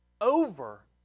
over